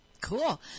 cool